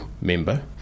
member